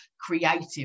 creative